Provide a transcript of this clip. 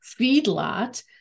feedlot